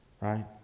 right